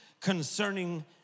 concerning